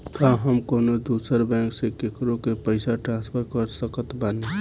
का हम कउनों दूसर बैंक से केकरों के पइसा ट्रांसफर कर सकत बानी?